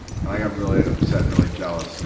and i got really upset and really jealous.